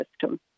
system